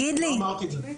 לא אמרתי את זה.